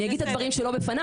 אני אגיד את הדברים שלא בפניו,